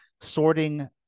sorting